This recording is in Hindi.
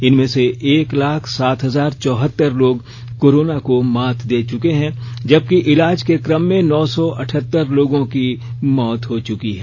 इनमें से एक लाख सात हजार चौहतर लोग कोरोना को मात दे चुके हैं जबकि इलाज के क्रम में नौ सौ अठहतर लोगों की मौत हो चुकी है